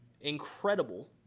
incredible